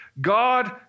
God